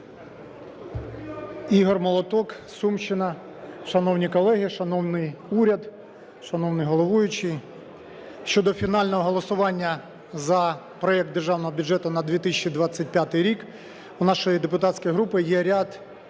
Ігор Молоток, Сумщина. Шановні колеги, шановний уряд, шановний головуючий, щодо фінального голосування за проект Державного бюджету на 2025 рік у нашої депутатської групи є ряд